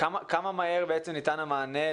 מהר ניתן המענה?